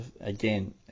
Again